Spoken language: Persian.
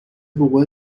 وقوع